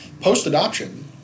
post-adoption